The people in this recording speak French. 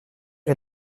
est